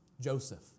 Joseph